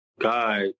God